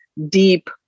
deep